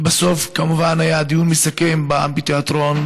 ובסוף כמובן, היה דיון מסכם באמפיתיאטרון.